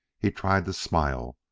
he tried to smile,